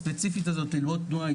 התכנית הספציפית הזאת 'ללמוד תנועה' היא